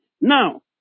Now